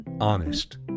honest